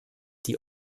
die